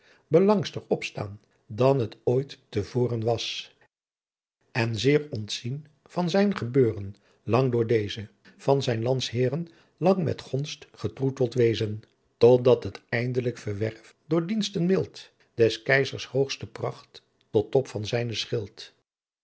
opstaan dan het oit te vooren was en zeer ontzien van zijn gebuuren lang door dezen van zijn landsheeren lang met gonst getroetelt wezen tot dat het eindelijk verwerf door diensten mildt des kaizers hooghste pracht tot top van zynen